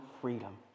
freedom